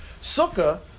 Sukkah